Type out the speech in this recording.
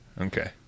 Okay